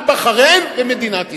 רק בחריין ומדינת ישראל.